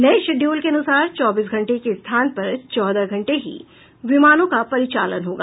नये शेडयूल के अनुसार चौबीस घंटे के स्थान पर चौदह घंटे ही विमानों का परिचालन होगा